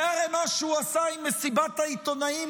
זה הרי מה שהוא עשה עם מסיבת העיתונאים